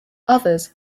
others